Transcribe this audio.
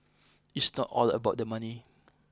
it's not all about the money